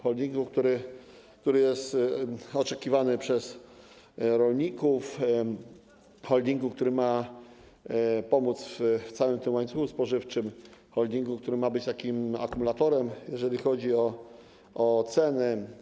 Holdingu, który jest oczekiwany przez rolników, holdingu, który ma pomóc w całym łańcuchu spożywczym, holdingu, który ma być akumulatorem, jeżeli chodzi o ceny.